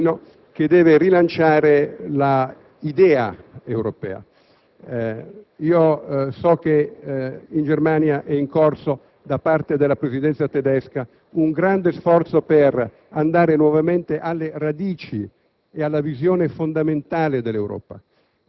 alla vigilia dell'incontro di Berlino che deve rilanciare l'idea europea. So che in Germania è in corso, da parte della Presidenza tedesca, un grande sforzo per andare nuovamente alle radici